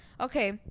okay